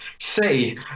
say